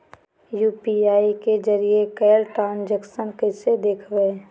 UPI के जरिए कैल ट्रांजेक्शन कैसे देखबै?